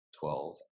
twelve